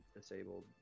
disabled